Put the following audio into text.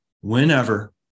whenever